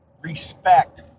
respect